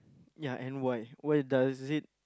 ya and why why does it